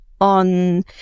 on